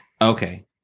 Okay